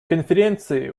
конференции